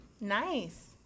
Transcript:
Nice